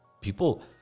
People